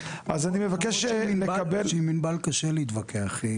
למרות שעם ענבל קשה להתווכח.